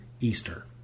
Easter